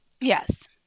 Yes